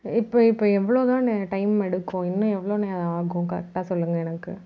இப்போது எப்போ எவ்வளோதான் நே டைம் எடுக்கும் இன்னும் எவ்வளோ நேரம் ஆகும் கரெக்டாக சொல்லுங்க எனக்கு